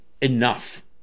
enough